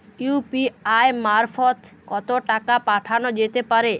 UPI মারফত কত টাকা পাঠানো যেতে পারে?